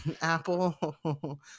Apple